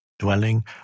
dwelling